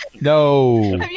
No